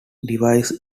device